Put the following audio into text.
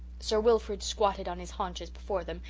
sir wilfrid squatted on his haunches before them,